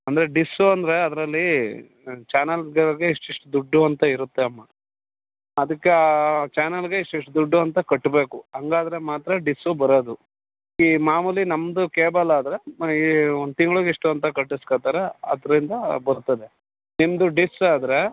ಅಂದರೆ ಡಿಸ್ಸು ಅಂದರೆ ಅದರಲ್ಲಿ ಚಾನಲ್ಗಳಿಗೆ ಇಷ್ಟಿಷ್ಟು ದುಡ್ಡು ಅಂತ ಇರುತ್ತೆ ಅಮ್ಮ ಅದಕ್ಕೆ ಚಾನಲ್ಗೆ ಇಷ್ಟಿಷ್ಟು ದುಡ್ಡು ಅಂತ ಕಟ್ಟಬೇಕು ಹಂಗಾದ್ರೆ ಮಾತ್ರ ಡಿಸ್ಸು ಬರೋದು ಈ ಮಾಮೂಲಿ ನಮ್ಮದು ಕೇಬಲ್ ಆದರೆ ಈ ಒಂದು ತಿಂಗಳಿಗಿಷ್ಟು ಅಂತ ಕಟ್ಟಿಸ್ಕೊತಾರೆ ಅದರಿಂದ ಬರ್ತದೆ ನಿಮ್ಮದು ಡಿಶ್ ಆದರೆ